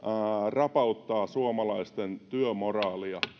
rapauttaa suomalaisten työmoraalia